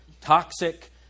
Toxic